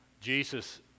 Jesus